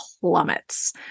plummets